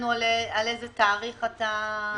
לאיזה תאריך אתה מתייחס.